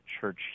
church